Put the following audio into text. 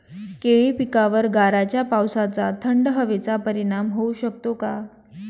केळी पिकावर गाराच्या पावसाचा, थंड हवेचा परिणाम होऊ शकतो का?